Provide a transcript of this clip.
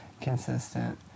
consistent